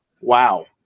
Wow